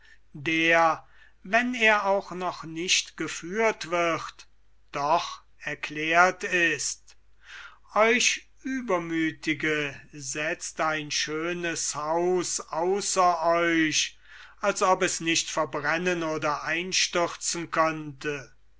der wenn er auch nicht geführt wird doch erklärt ist euch uebermüthige setzt ein schönes haus außer euch als ob es nicht verbrennen oder einstürzen könnte